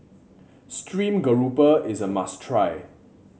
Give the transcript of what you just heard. stream grouper is a must try